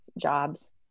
jobs